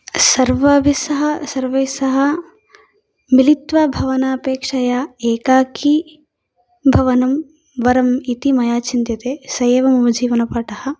सर्वाभिस्सह सर्वैस्सह मिलित्वा भवनापेक्षया एकाकी भवनं वरम् इति मया चिन्त्यते स एव मम जीवनपाठः